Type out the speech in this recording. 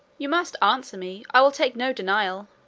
you must answer me, i will take no denial.